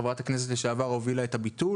חברת הכנסת לשעבר היא זו שהובילה את הביטול.